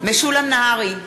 משולם נהרי,